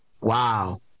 Wow